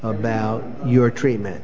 about your treatment